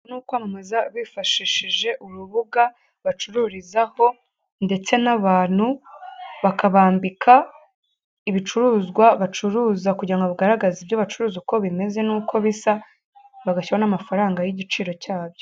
Uku ni ukwamamaza bifashishije urubuga bacururizaho ndetse n'abantu bakabambika ibicuruzwa bacuruza kugira ngo bagaragaze ibyo bacuruza uko bimeze n'uko bisa bagashyiraho n'amafaranga y'igiciro cyabyo.